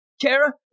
Kara